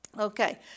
Okay